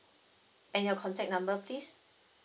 and your contact number please